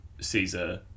Caesar